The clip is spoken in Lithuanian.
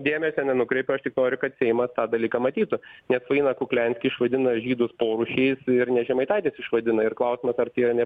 dėmesio nenukrepiu aš tik noriu kad seimas tą dalyką matytų nes faina kuklianski išvadino žydus porūšiai ir ne žemaitaitis išvadina ir klausimas ar tai yra ne